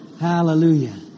Hallelujah